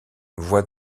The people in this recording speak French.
voix